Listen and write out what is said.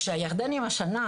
כאשר הירדנים השנה,